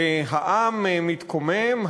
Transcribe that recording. העם מתקומם,